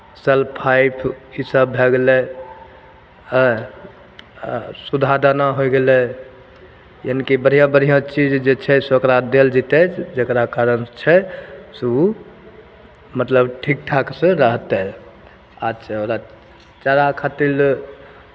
सलफाइफ इसभ भए गेलै एँ आ सुधा दाना होइ गेलै यानि कि बढ़िआँ बढ़िआँ चीज जे छै से ओकरा देल जयतै जकरा कारण छै से ओ मतलब ठीक ठाकसँ रहतै अच्छा ओकरा चारा खातिर लए